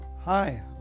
Hi